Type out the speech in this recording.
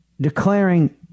Declaring